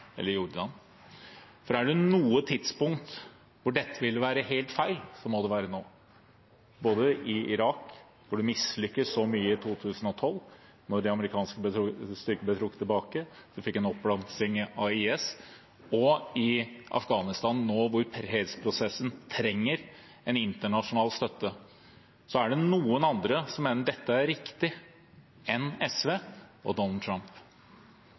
i Jordan. Er det noe tidspunkt hvor dette ville være helt feil, må det være nå, både i Irak, hvor det mislyktes så mye i 2012, da de amerikanske styrkene ble trukket tilbake og man fikk en oppblomstring av IS, og i Afghanistan nå, hvor fredsprosessen trenger en internasjonal støtte. Er det noen andre enn SV og Donald Trump som mener dette er riktig?